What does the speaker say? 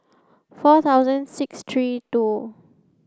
four thousand six three two